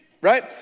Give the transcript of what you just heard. right